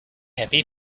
happy